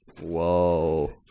Whoa